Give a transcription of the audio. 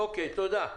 תודה.